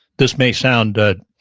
this may sound ah